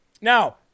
Now